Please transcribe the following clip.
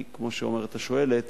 כי כמו שאומרת השואלת,